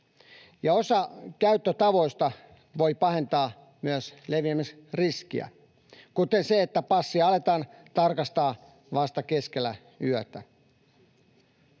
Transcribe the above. osa käyttötavoista voi pahentaa myös leviämisriskiä, kuten se, että passia aletaan tarkastaa vasta keskellä yötä.